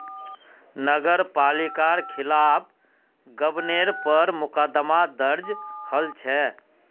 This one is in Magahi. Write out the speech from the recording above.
नगर पालिकार खिलाफ गबनेर पर मुकदमा दर्ज हल छ